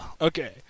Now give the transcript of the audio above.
Okay